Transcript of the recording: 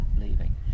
leaving